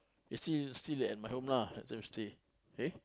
you still see it at my home lah those days eh